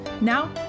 Now